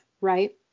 right